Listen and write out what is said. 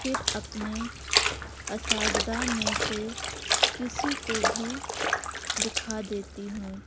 پھر اپنے اساتذہ میں سے کسی کو بھی دکھا دیتی ہوں